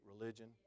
religion